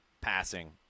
passing